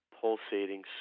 pulsating